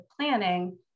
planning